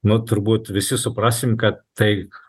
nu turbūt visi suprasim kad tai